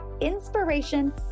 inspiration